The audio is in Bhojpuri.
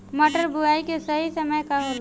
मटर बुआई के सही समय का होला?